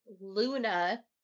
Luna